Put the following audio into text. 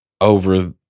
over